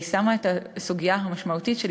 הוא שהיא שמה את הסוגיה המשמעותית של